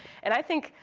and i think,